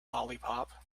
lollipop